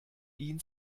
ihn